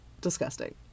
Disgusting